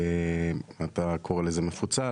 אתה קורא לזה מפוצל,